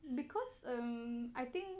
because um I think